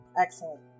Excellent